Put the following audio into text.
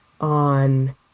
on